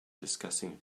discussing